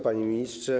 Panie Ministrze!